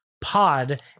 pod